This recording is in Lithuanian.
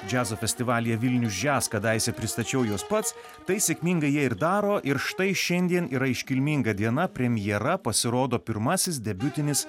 džiazo festivalyje vilnius jazz kadaise pristačiau juos pats tai sėkmingai jie ir daro ir štai šiandien yra iškilminga diena premjera pasirodo pirmasis debiutinis